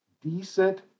decent